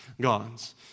gods